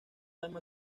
dama